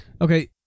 Okay